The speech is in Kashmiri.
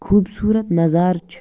خوٗبصوٗرَت نظارٕ چھِ